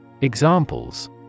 Examples